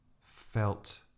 felt